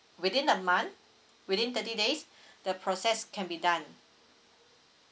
within a month within thirty days the process can be done